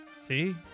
see